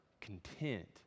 content